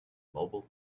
mobile